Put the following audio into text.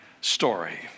story